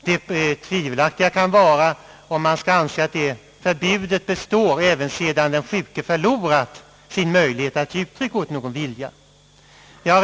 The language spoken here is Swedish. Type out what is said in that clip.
Det tvivelaktiga kan vara om det förbudet skall anses bestå även sedan den sjuke förlorat möjligheten att ge uttryck åt sin vilja.